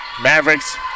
Mavericks